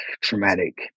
traumatic